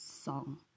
song